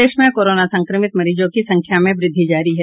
प्रदेश में कोरोना संक्रमित मरीजों की संख्या में वृद्धि जारी है